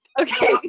Okay